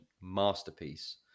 masterpiece